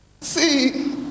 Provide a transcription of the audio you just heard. See